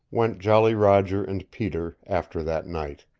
went jolly roger and peter after that night.